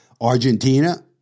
Argentina